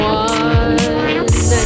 one